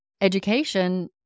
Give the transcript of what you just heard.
education